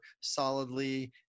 solidly